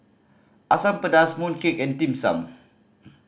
Asam Pedas mooncake and Dim Sum